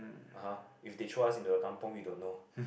(uh huh) if they throw us into a kampung we don't know